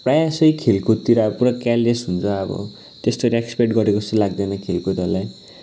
प्रायः जस्तै खेलकुदतिर अब पुरा केयरलेस हुन्छ त्यस्तो रेसपेक्ट गरेको जस्तो लाग्दैन खेलकुदहरूलाई